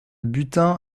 butin